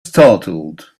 startled